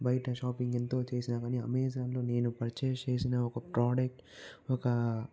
బయట షాపింగ్ ఎంతో చేసినగాని అమెజాన్ లో నేను పర్చేస్ చేసిన ఒక ప్రాడక్ట్ ఒక